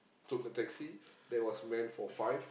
took the taxi that was meant for five